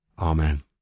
Amen